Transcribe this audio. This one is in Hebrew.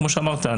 כמו שאמרת,